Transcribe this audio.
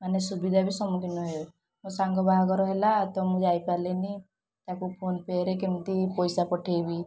ମାନେ ସୁବିଧା ବି ସମୁଖୀନ ହେଉ ମୋ ସାଙ୍ଗ ବାହାଘର ହେଲା ତ ମୁଁ ଯାଇ ପାରଲିନି ତାକୁ ଫୋନ୍ପେରେ କେମତି ପଇସା ପଠେଇବି